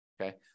Okay